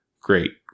Great